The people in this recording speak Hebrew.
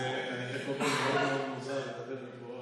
זה מאוד מאוד מוזר לדבר מפה,